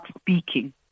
speaking